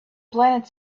planet